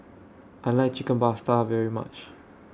I like Chicken Pasta very much